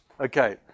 Okay